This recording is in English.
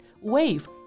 wave